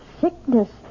sickness